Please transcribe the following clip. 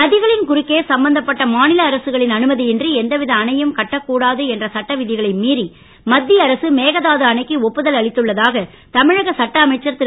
நதிகளின் குறுக்கே சம்பந்தப்பட்ட மாநில அரசுகளின் அனுமதியின்றி எந்த வித அணையும் கட்டக்கூடாது என்ற சட்ட விதிகளை மீறி மத்திய அரசு மேகதாது அணைக்கு ஒப்புதல் அளித்துள்ளதாக தமிழக சட்ட அமைச்சர் திரு